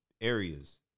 areas